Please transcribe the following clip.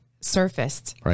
surfaced